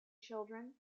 children